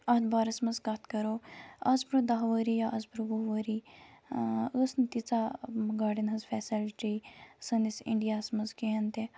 اَتھ بارَس مَنز کَتھ کرو آز برٛونٛہہ دَہ ؤری یا آز برٛونٛہہ وُہ ؤری ٲسۍ نہٕ تیٖژاہ گاڑٮ۪ن ہٕنز فیسَلٹی سٲنِس اِنڈیاہَس مَنز کِہیٖنۍ تہِ